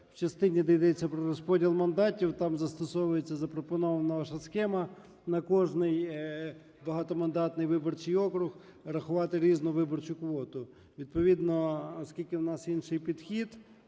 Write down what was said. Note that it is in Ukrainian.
в частині, де йдеться про розподіл мандатів, там застосовується запропонована ваша схема: на кожний багатомандатний виборчий округ рахувати різну виборчу квоту. Відповідно, оскільки у нас інший підхід,